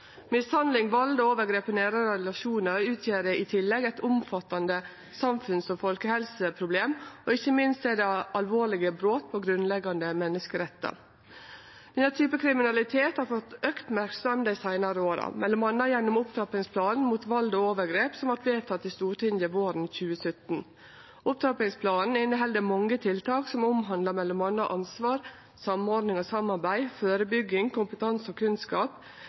Mishandling, vald og overgrep i nære relasjonar utgjer i tillegg eit omfattande samfunns- og folkehelseproblem, og ikkje minst er det alvorlege brot på grunnleggjande menneskerettar. Denne typen kriminalitet har fått auka merksemd dei seinare åra, m.a. gjennom opptrappingsplanen mot vald og overgrep som vart vedteken i Stortinget våren 2017. Opptrappingsplanen inneheld mange tiltak som omhandlar m.a. ansvar, samordning og samarbeid, førebygging, kompetanse og kunnskap,